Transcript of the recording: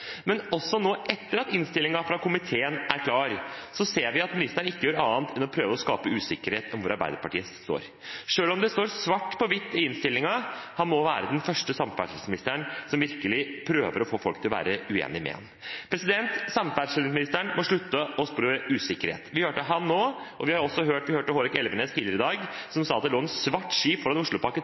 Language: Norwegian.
Men også nå, etter at innstillingen fra komiteen er klar, ser vi at ministeren ikke gjør annet enn å prøve å skape usikkerhet om hvor Arbeiderpartiet står, selv om det står svart på hvitt i innstillingen. Han må være den første samferdselsministeren som virkelig prøver å få folk til å være uenig med ham. Samferdselsministeren må slutte å spre usikkerhet. Vi hørte ham nå, og vi hørte Håkon Elvenes tidligere i dag, som sa at det lå en «svart sky» foran Oslopakke